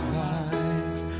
life